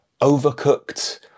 overcooked